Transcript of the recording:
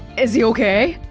is he okay?